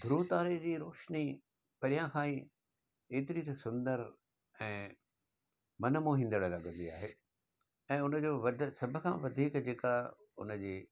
ध्रुवतारे जी रोशनी परियां खां ई एतिरी त सुंदर ऐं मनु मोहिंदड़ लॻंदी आहे ऐं हुन जो वध सभु खां वधीक जेका उन जे